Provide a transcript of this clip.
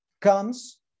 comes